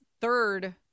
third